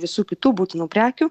visų kitų būtinų prekių